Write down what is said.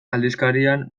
aldizkarian